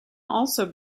also